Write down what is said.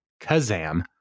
Kazam